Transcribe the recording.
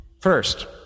First